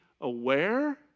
aware